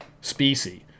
species